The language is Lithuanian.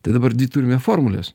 tai dabar dvi turime formules